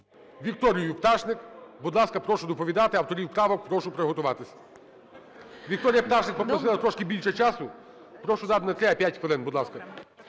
Вікторію Пташник. Будь ласка, прошу доповідати. Авторів поправок прошу приготуватися. Вікторія Пташник попросила трошки більше часу. Прошу дати не 3, а 5 хвилин. Будь ласка.